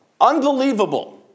Unbelievable